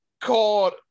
called